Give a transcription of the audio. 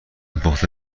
پخته